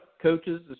coaches